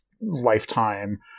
lifetime